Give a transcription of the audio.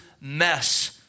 mess